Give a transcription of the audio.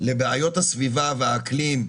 לבעיות הסביבה והאקלים,